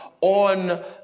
on